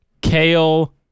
kale